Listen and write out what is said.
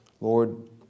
Lord